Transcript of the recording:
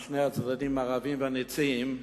על שני הצדדים הרבים והנצים,